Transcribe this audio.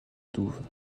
douves